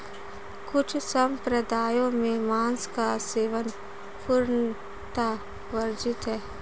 कुछ सम्प्रदायों में मांस का सेवन पूर्णतः वर्जित है